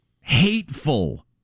hateful